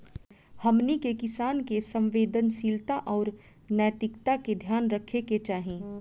हमनी के किसान के संवेदनशीलता आउर नैतिकता के ध्यान रखे के चाही